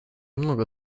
много